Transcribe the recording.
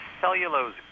cellulose